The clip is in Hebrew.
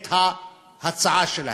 את ההצעה שלהם.